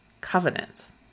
covenants